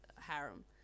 harem